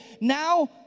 Now